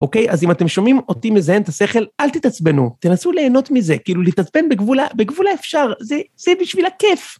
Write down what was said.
אוקיי? אז אם אתם שומעים אותי מזיין את השכל, אל תתעצבנו, תנסו ליהנות מזה, כאילו, להתעצבן בגבול האפשר, זה בשביל הכיף.